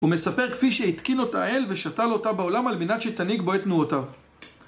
הוא מספר כפי שהתקין אותה האל ושתל אותה בעולם על בנת שתנהיג בו את תנועותיו